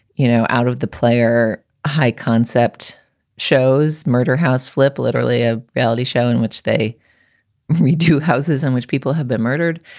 you know, out of the player high concept shows murder house flip, literally a reality show in which they carry two houses in which people have been murdered.